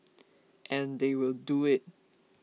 and they will do it